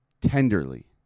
tenderly